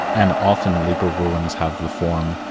and often legal rulings have the form,